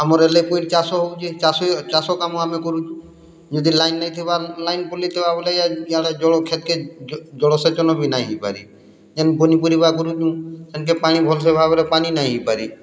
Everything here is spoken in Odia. ଆମର ଏଲେକ୍ୟୁଡ଼ି ଚାଷ ହଉଛି ଚାଷ ଚାଷ କାମ ଆମେ କରୁଛୁଁ ଯଦି ଲାଇନ୍ ନେହିଁ ଥିବାର୍ ଲାଇନ୍ ପଳାଇଲେ ତ ବୋଲି ୟାଡ଼େ ଜଳ ଖେତ୍ କେ ଜଳସେଚନ ବି ନାଇଁ ହେଇପାରି ଯେନ୍ ପନିପରିବା କରୁଁ ସେନ୍କେ ପାଣି ଭଲସେ ଭାବରେ ପାଣି ନାଇଁ ହେଇ ପାରି